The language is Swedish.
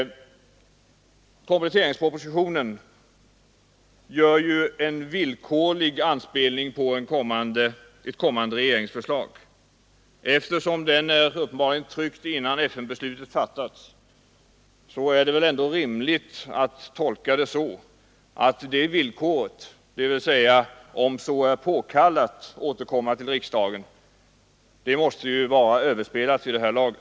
Kompletteringspropositionen gör en villkorlig anspelning på ett kommande regeringsförslag. Eftersom propositionen uppenbarligen är tryckt innan FN-beslutet fattades är det väl ändå rimligt att tolka det så att det villkoret, dvs. att om så är påkallat återkomma till riksdagen, måste vara överspelat vid det här laget.